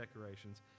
decorations